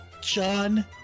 John